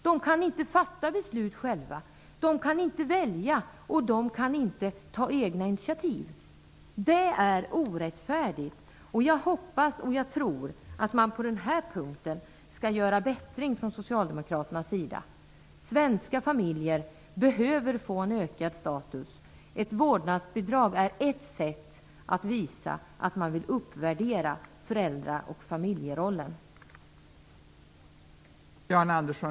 De kan inte fatta beslut själva, de kan inte välja och de kan inte ta egna initiativ. Det är orättfärdigt. Jag hoppas och tror att socialdemokraterna skall bättra sig på den punkten. Svenska familjer behöver få en ökad status. Ett vårdnadsbidrag är ett sätt att visa att man vill uppvärdera föräldra och familjerollen.